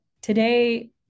today